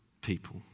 people